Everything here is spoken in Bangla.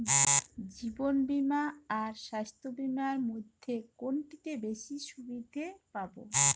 জীবন বীমা আর স্বাস্থ্য বীমার মধ্যে কোনটিতে বেশী সুবিধে পাব?